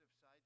side